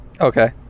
Okay